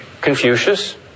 Confucius